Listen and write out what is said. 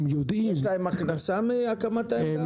יש להן הכנסה מהקמת העמדה?